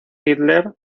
hitler